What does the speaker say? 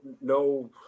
no